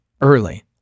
early